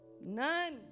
None